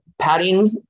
padding